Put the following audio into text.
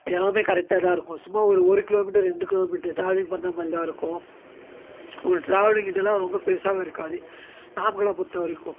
எல்லாம் கரெக்டாக தான் இருக்கும் சும்மா ஒரு ஒரு கிலோமீட்டர் ரெண்டு கிலோமீட்டர் ட்ராவலிங் பண்ணுற மாதிரிதான் இருக்கும் ஒரு ட்ராவலிங் இதல்லாம் ரொம்ப பெருசாகவும் இருக்காது நாமக்கல்லை பொறுத்தவரைக்கும்